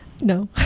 no